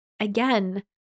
Again